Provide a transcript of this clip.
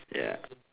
ya